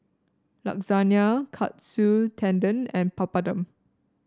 Lasagna Katsu Tendon and Papadum